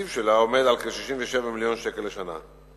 שהתקציב שלה עומד על כ-67 מיליון שקל לשנה.